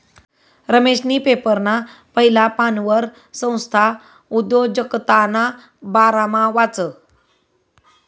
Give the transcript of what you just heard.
रमेशनी पेपरना पहिला पानवर संस्था उद्योजकताना बारामा वाचं